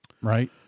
right